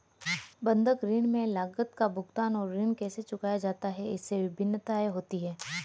बंधक ऋण में लागत का भुगतान और ऋण कैसे चुकाया जाता है, इसमें भिन्नताएं होती हैं